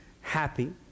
happy